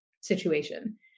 situation